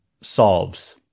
solves